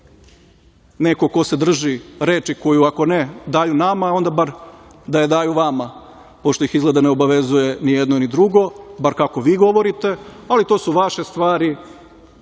neko ko se drži reči koju ako ne daju nama, onda bar da je daju vama, pošto ih izgleda ne obavezuje ni jedno, ni drugo, bar kako vi govorite, ali to su vaše stvari. Ja